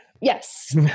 Yes